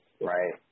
Right